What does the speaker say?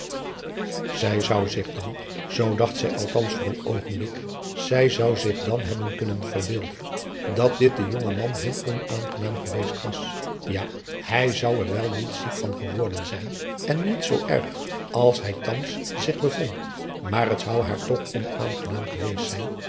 zij zou zich dan zoo dacht zij althans voor een oogenblik zij zou zich dan hebben kunnen verbeelden dat dit den jongman heel onaangenaam geweest was ja hij zou er wel niet ziek van geworden zijn en niet zoo erg als hij thans zich bevond maar het zou haar toch onaangenaam geweest zijn